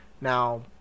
Now